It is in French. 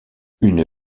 une